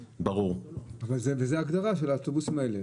וזאת ההגדרה של האוטובוסים האלה.